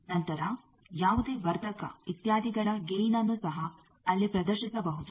ನಂತರ ಯಾವುದೇ ವರ್ಧಕ ಇತ್ಯಾದಿಗಳ ಗೈನ್ಅನ್ನು ಸಹ ಅಲ್ಲಿ ಪ್ರದರ್ಶಿಸಬಹುದು